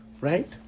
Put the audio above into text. Right